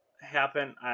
happen